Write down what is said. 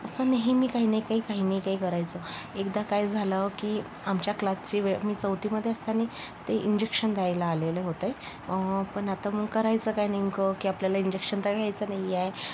असं नेहमी काही नाही काही काही नाही काही करायचं एकदा काय झालं की आमच्या क्लासची वेळ मी चौथीमध्ये असताना ते इंजेक्शन द्यायला आलेले होते पण आता मग करायचं काय नेमकं की आपल्याला इंजेक्शन तर घ्यायचं नाही आहे